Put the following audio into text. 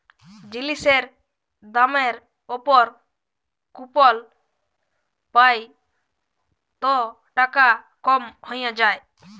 জিলিসের দামের উপর কুপল পাই ত টাকা কম হ্যঁয়ে যায়